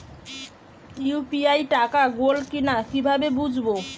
UPI টাকা গোল কিনা কিভাবে বুঝব?